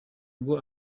ngo